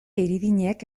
idirinek